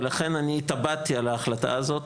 ולכן אני התאבדתי על ההחלטה הזאת,